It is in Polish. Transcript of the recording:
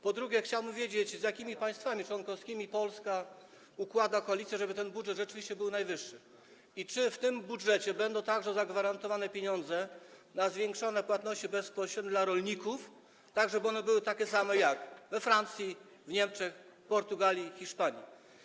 Po drugie, chciałbym wiedzieć, z jakimi państwami członkowskimi Polska buduje koalicję, żeby ten budżet rzeczywiście był najwyższy, i czy w tym budżecie będą także zagwarantowane pieniądze na zwiększone płatności dla rolników, tak żeby one były takie same jak we Francji, w Niemczech, Portugalii, Hiszpanii.